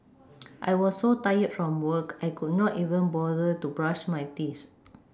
I was so tired from work I could not even bother to brush my teeth